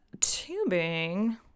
tubing